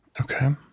Okay